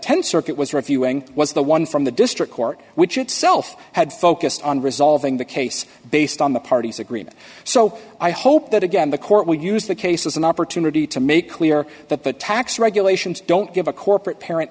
th circuit was reviewing was the one from the district court which itself had focused on resolving the case based on the parties agreement so i hope that again the court will use the case as an opportunity to make clear that the tax regulations don't give a corporate parent